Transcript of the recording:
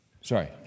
Sorry